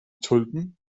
tulpen